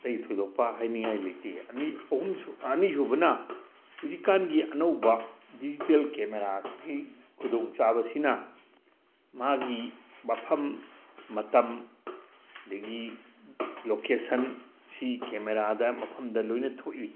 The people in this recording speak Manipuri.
ꯑꯇꯩ ꯊꯣꯏꯗꯣꯛꯄ ꯍꯥꯏꯅꯤꯡꯉꯥꯏ ꯂꯩꯇꯦ ꯑꯅꯤꯁꯨꯕꯅ ꯍꯧꯖꯤꯛꯀꯥꯟꯒꯤ ꯑꯅꯧꯕ ꯗꯤꯖꯤꯇꯦꯜ ꯀꯦꯃꯦꯔꯥꯁꯤꯒꯤ ꯈꯨꯗꯣꯡꯆꯥꯕꯁꯤꯅ ꯃꯥꯒꯤ ꯃꯐꯝ ꯃꯇꯝ ꯑꯗꯒꯤ ꯂꯣꯀꯦꯁꯟꯁꯤ ꯀꯦꯃꯦꯔꯥꯗ ꯃꯐꯝꯗ ꯂꯣꯏꯅ ꯊꯣꯛꯏ